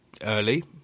early